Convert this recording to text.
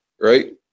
right